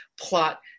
plot